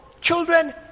Children